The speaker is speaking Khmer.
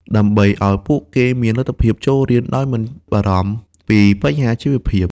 ដើម្បីឱ្យពួកគេមានលទ្ធភាពចូលរៀនដោយមិនបារម្ភពីបញ្ហាជីវភាព។